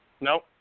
Nope